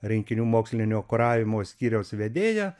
rinkinių mokslinio kuravimo skyriaus vedėja